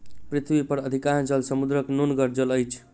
पृथ्वी पर अधिकांश जल समुद्रक नोनगर जल अछि